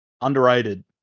Underrated